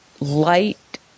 light